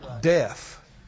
Death